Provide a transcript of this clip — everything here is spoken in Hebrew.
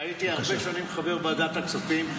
הייתי הרבה שנים חבר ועדת הכספים,